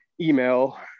email